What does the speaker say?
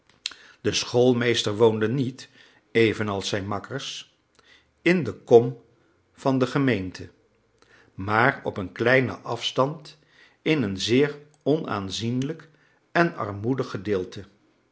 de schoolmeester woonde niet evenals zijn makkers in de kom van de gemeente maar op een kleinen afstand in een zeer onaanzienlijk en armoedig gedeelte